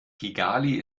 kigali